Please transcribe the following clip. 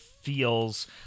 Feels